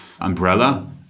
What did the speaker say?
umbrella